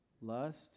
Lust